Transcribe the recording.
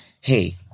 hey